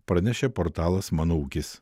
pranešė portalas mano ūkis